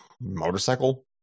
motorcycle